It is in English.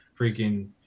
freaking